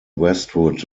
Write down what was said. westwood